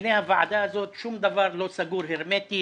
בדיוני הוועדה הזאת שום דבר לא סגור הרמטית,